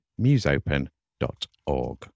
museopen.org